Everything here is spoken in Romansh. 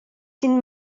sin